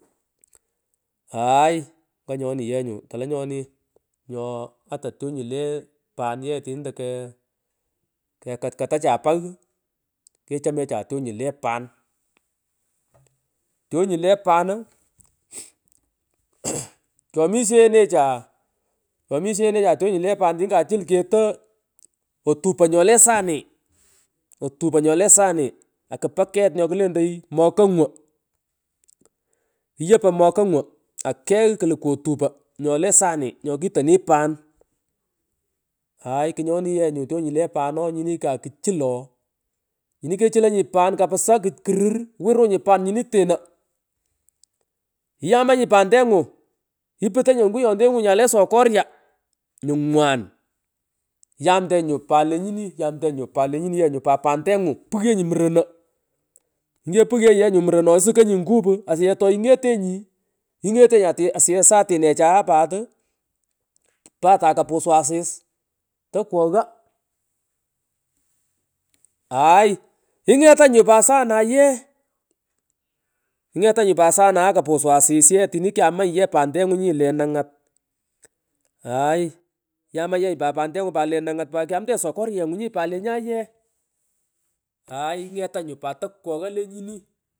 Mmh aay nganyoni yenyu nganyoni yenyu tolenyoni nyo ata twonyi le pan tini take kekatkatacha paghu kechomecha tyonyu le pan mmh toonyu le panu kutotegha tunyon kyomishenecha kyomishenecha twonyu le pan tini kachul keto otupo nyole sani mmh otupo nyole sani akupo nyole sani nyokitoni pan, aay kunyoni ye nyu tyony le pan nyini kakuchul ooh ninyi kechulonyi panikaesa kurur iwirunyi pan nyini teno iyamanyi pandengu iiputonyi onguyontengu nyale sokorya nyu ngwan yamtenyi nyu pan lenyini iyamtenyi lenyiniyenyu pat pantengu pughyenyi murono nyikepughenyi murono ooh sukonyi ngupu suyech toingetenyi ngetonyi asuyeh satine chae patu pata kapusu asis tokwogho mmh aay ingetanyu pat saanaye mmh ngetanyi pat saa naye nyikapusu asis ye nyini kyamanyi ye pantengunyi le nangatiaay iyamanyi ye pante ngunyi le nangat kwanitenyi pat sokoryengunyi pat lenyaye aay igigetanyi pat tokwongo lenyini.